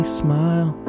smile